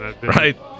Right